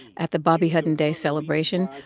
at the bobby hutton day celebration,